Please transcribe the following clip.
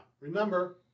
Remember